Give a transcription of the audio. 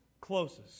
closest